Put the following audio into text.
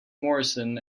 morrison